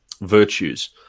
virtues